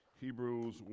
Hebrews